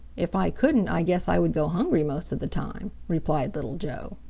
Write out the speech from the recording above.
if i couldn't, i guess i would go hungry most of the time, replied little joe.